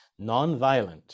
nonviolent